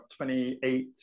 28